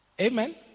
Amen